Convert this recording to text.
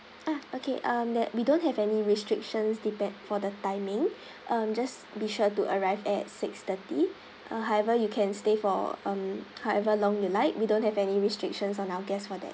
ah okay um that we don't have any restrictions depend for the timing um just be sure to arrive at six thirty uh however you can stay for um however long you like we don't have any restrictions on our guests for that